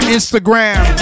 Instagram